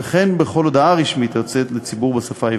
וכן בכל הודעה רשמית היוצאת לציבור בשפה העברית.